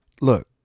look